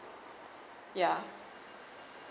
ya